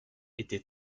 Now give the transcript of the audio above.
était